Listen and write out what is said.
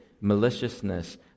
maliciousness